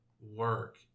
work